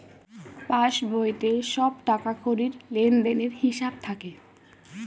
পাসবইতে সব টাকাকড়ির লেনদেনের হিসাব থাকে